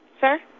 Sir